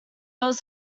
was